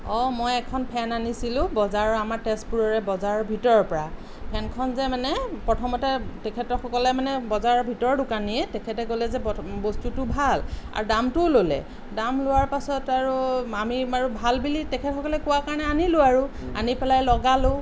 অঁ মই এখন ফেন আনিছিলোঁ বজাৰৰ আমাৰ তেজপুৰৰে বজাৰ ভিতৰৰ পৰা ফেনখন যে মানে প্ৰথমতে তেখেতসকলে মানে বজাৰৰ ভিতৰ দোকানীয়ে তেখেতে ক'লে যে বস্তুটো ভাল আৰু দামটোও ল'লে দাম লোৱাৰ পাছত আৰু আমি বাৰু ভাল বুলি তেখেতেসকলে কোৱাৰ কাৰণে আনিলোঁ আৰু আনি পেলাই লগালো